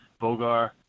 Bogar